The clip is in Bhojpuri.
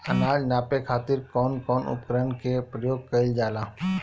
अनाज नापे खातीर कउन कउन उपकरण के प्रयोग कइल जाला?